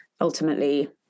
ultimately